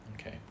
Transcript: Okay